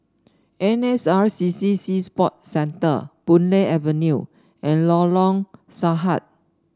N S R C C Sea Sport Centre Boon Lay Avenue and Lorong Sarhad